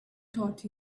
taught